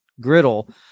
griddle